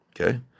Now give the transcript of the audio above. Okay